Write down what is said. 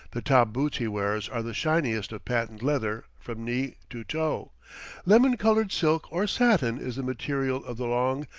the top-boots he wears are the shiniest of patent leather from knee to toe lemon-colored silk or satin is the material of the long,